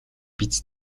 биз